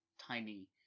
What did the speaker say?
tiny